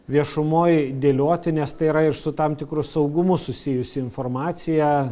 viešumoj dėlioti nes tai yra ir su tam tikru saugumu susijusi informacija